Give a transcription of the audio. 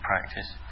practice